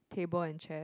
table and chair